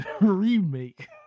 remake